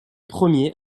premiers